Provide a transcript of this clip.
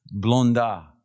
Blonda